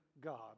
god